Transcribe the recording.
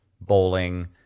bowling